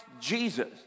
Jesus